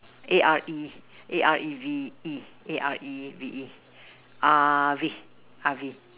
A R E A R E V E A R E V E Areve Areve